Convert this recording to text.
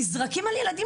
שולחנות נזרקים על ילדים,